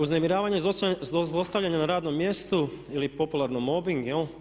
Uznemiravanje i zlostavljanje na radnom mjestu ili popularno mobbing.